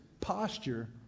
posture